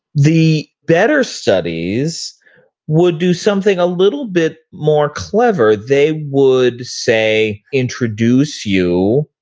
the better studies would do something a little bit more clever. they would say, introduce you,